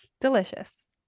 delicious